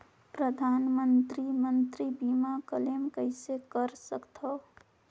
परधानमंतरी मंतरी बीमा क्लेम कइसे कर सकथव?